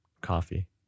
coffee